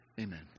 Amen